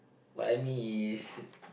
what I mean is